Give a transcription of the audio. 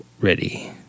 ready